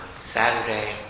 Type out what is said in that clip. Saturday